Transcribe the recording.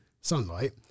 sunlight